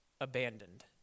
abandoned